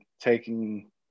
taking –